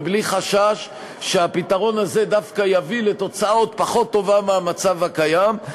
ובלי חשש שהפתרון הזה דווקא יביא לתוצאה עוד פחות טובה מהמצב הקיים.